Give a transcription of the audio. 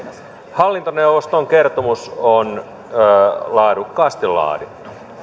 hallintoneuvoston kertomus on laadukkaasti laadittu